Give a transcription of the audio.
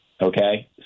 okay